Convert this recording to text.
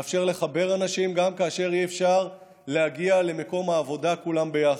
מאפשר לחבר אנשים גם כאשר אי-אפשר להגיע למקום העבודה כולם ביחד.